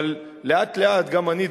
אבל לאט-לאט גם אני,